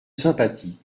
sympathie